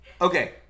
Okay